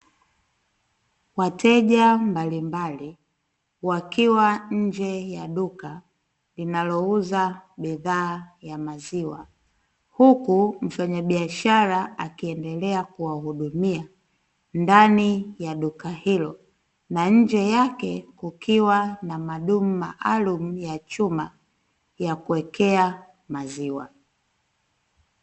Wateja mbalimbali wakiwa nje ya duka linalouza bidhaa ya maziwa, huku mfanyabiashara akiendelea kuwahudumia, ndani ya duka hilo na nje yake kukiwa na madumu maalumu ya chuma ya kuwekea maziwa.